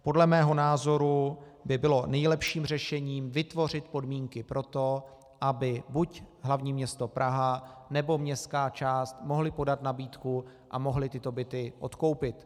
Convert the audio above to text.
Podle mého názoru by bylo nejlepším řešením vytvořit podmínky pro to, aby buď hl. město Praha, nebo městská část mohly podat nabídku a mohly tyto byty odkoupit.